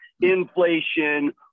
inflation